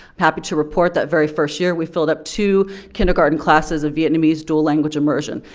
happy to report that very first year we filled up two kindergarten classes of vietnamese dual language immersion.